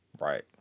Right